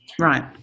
right